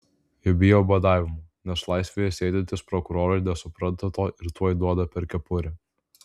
jie bijo badavimų nes laisvėje sėdintys prokurorai nesupranta to ir tuoj duoda per kepurę